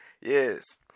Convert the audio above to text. Yes